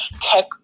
tech